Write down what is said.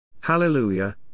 Hallelujah